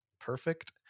Perfect